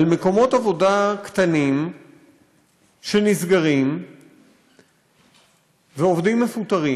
על מקומות עבודה קטנים שנסגרים ועובדים מפוטרים.